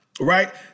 right